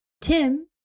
Tim